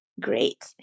Great